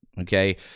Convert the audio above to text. okay